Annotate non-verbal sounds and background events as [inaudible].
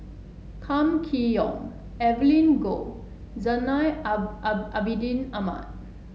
Kam Kee Yong Evelyn Goh Zainal [unintelligible] Abidin Ahmad